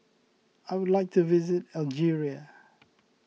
I would like to visit Algeria